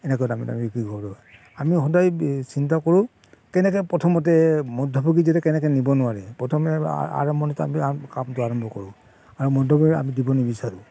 এনেকুৱা দামত দামীকে বিক্ৰী কৰিব পাৰোঁ আমি সদায় বি চিন্তা কৰোঁ কেনেকৈ প্ৰথমতে মধ্যভোগী যাতে কেনেকৈ নিব নোৱাৰে প্ৰথমে আ আৰম্ভণিতে আমি কামটো আৰম্ভ কৰোঁ আৰু মধ্যভোগীক আমি দিব নিবিচাৰোঁ